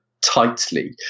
tightly